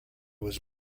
was